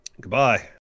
Goodbye